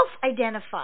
self-identify